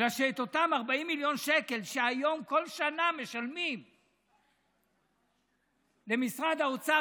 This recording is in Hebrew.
בגלל שאת אותם 40 מיליון שקל שהיום בכל שנה משלמים למשרד האוצר,